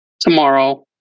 tomorrow